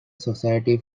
society